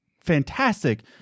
fantastic